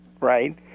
right